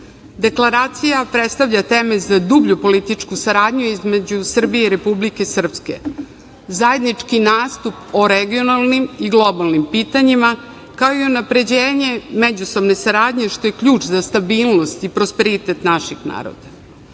izazove. Deklaracija predstavlja temelj za dublju političku saradnju između Srbije i Republike Srpske. Zajednički nastup o regionalnim i globalnim pitanjima, kao i unapređenje međusobne saradnje, što je ključ za stabilnost i prosperitet naših naroda.